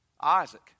Isaac